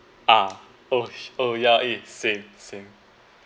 ah oh oh ya eh same same